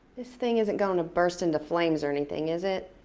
this thing isn't gonna burst into flames or anything, is it?